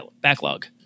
backlog